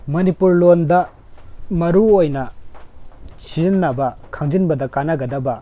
ꯃꯅꯤꯄꯨꯔ ꯂꯣꯟꯗ ꯃꯔꯨ ꯑꯣꯏꯅ ꯁꯤꯖꯟꯅꯕ ꯈꯪꯖꯤꯟꯕꯗ ꯀꯥꯟꯅꯒꯗꯕ